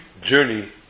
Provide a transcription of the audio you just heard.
journey